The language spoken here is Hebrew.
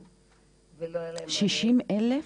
60,000?